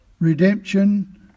redemption